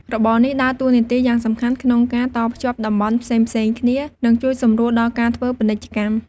របរនេះដើរតួនាទីយ៉ាងសំខាន់ក្នុងការតភ្ជាប់តំបន់ផ្សេងៗគ្នា និងជួយសម្រួលដល់ការធ្វើពាណិជ្ជកម្ម។